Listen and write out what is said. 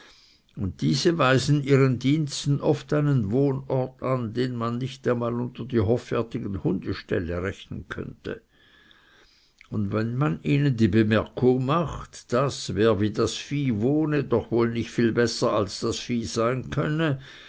und diese weisen ihren diensten oft einen wohnort an den man nicht einmal unter die hoffärtigen hundeställe rechnen könnte und wenn man ihnen die bemerkung macht daß wer wie das vieh wohne doch wohl nicht viel besser als das vieh sein könne